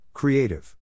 Creative